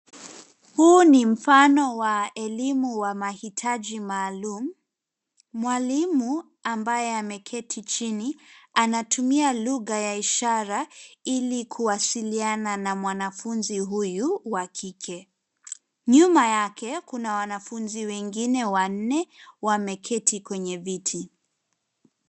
Huu ni mfano wa elimu wa mahitaji maalum. Mwalimu ambaye ameketi chini, anatumia lugha ya ishara, ili kuwasiliana na mwanafunzi huyu wa kike. Nyuma yake kuna wanafunzi wengine wanne, wameketi kwenye viti.